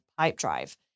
Pipedrive